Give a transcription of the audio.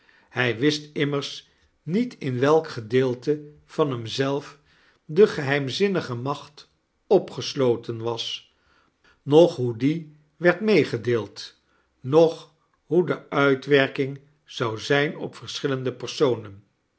hij wist immers niet in welk gedeelte van hem zelf de geheimzinnige macht opgesloten was noch hoe die werd meegedeeld noch hoe de uitwerking zou zijn op verschillende personen